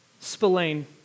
Spillane